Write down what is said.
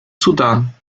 sudan